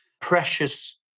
Precious